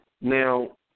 Now